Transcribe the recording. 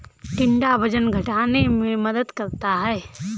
टिंडा वजन घटाने में मदद करता है